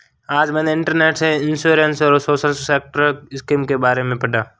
आज मैंने इंटरनेट से इंश्योरेंस और सोशल सेक्टर स्किम के बारे में पढ़ा